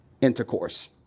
intercourse